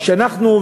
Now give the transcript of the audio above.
אנחנו,